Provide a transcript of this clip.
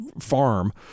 farm